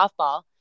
softball